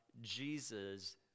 Jesus